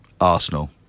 Arsenal